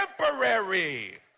temporary